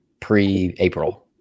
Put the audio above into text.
pre-april